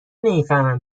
نمیفهمم